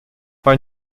bei